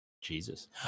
Jesus